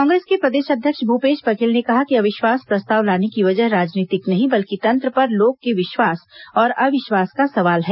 कांग्रेस के प्रदेश अध्यक्ष भूपेश बघेल ने कहा कि अविश्वास प्रस्ताव लाने की वजह राजनीतिक नहीं बल्कि तंत्र पर लोक के विश्वास और अविश्वास का सवाल है